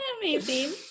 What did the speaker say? amazing